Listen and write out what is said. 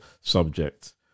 subject